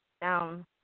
down